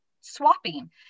swapping